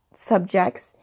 subjects